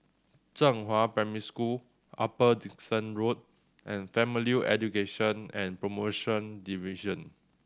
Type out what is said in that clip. Zhenghua Primary School Upper Dickson Road and Family Education and Promotion Division